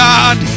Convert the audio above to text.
God